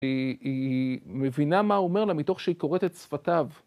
היא מבינה מה הוא אומר לה מתוך שהיא קוראת את שפתיו.